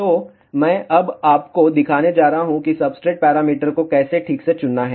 तो मैं अब आपको दिखाने जा रहा हूं कि सब्सट्रेट पैरामीटर को कैसे ठीक से चुनना है